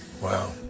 Wow